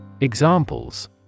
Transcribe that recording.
Examples